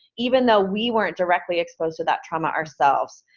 even though we weren't directly exposed to that trauma ourselves.